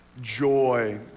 Joy